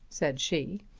said she,